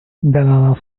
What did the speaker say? bananas